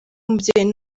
umubyeyi